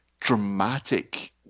dramatic